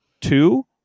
Two